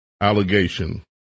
allegation